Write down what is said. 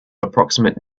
approximate